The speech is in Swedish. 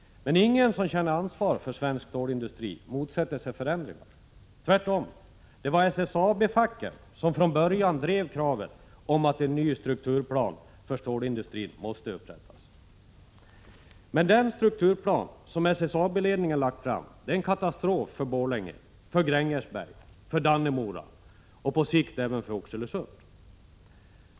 Men ingen som känner ansvar för svensk stålindustri motsätter sig förändringar. Tvärtom, det var SSAB-facket som från början drev kravet om att en ny strukturplan för stålindustrin måste upprättas. Men den strukturplan som SSAB-ledningen lagt fram är en katastrof för Borlänge, för Grängesberg, för Dannemora och på sikt även för Oxelösund.